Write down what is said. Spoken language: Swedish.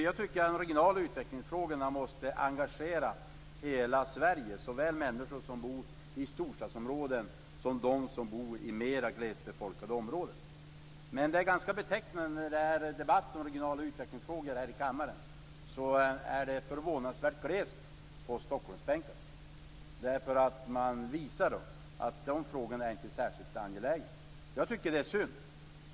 Jag tycker att frågorna om regional utveckling måste engagera hela Sverige, såväl människor som bor i storstadsområden som de som bor i mera glesbefolkade områden. Det är ganska betecknande för den här debatten om regional utveckling i kammaren att det är förvånansvärt glest på Stockholmbänken. Man visar då att de frågorna inte är särskilt angelägna. Jag tycker det är synd.